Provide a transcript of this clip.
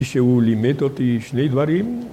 ‫שהוא לימד אותי שני דברים.